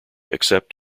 except